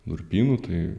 durpynų tai